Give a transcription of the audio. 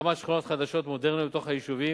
הקמת שכונות חדשות ומודרניות בתוך היישובים,